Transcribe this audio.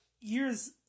years